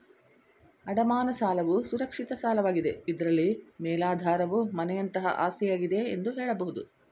ಅಡಮಾನ ಸಾಲವು ಸುರಕ್ಷಿತ ಸಾಲವಾಗಿದೆ ಇದ್ರಲ್ಲಿ ಮೇಲಾಧಾರವು ಮನೆಯಂತಹ ಆಸ್ತಿಯಾಗಿದೆ ಎಂದು ಹೇಳಬಹುದು